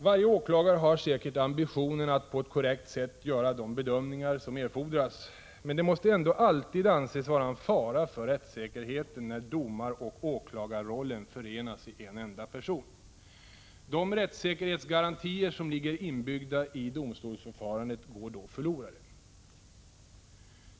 Varje åklagare har säkert ambitionen att på ett korrekt sätt göra de bedömningar som erfordras, men det måste ändå alltid anses vara en fara för rättssäkerheten när domaroch åklagarrollen förenas i en enda person. De rättssäkerhetsgarantier som ligger inbyggda i domstolsförfarandet går då förlorade.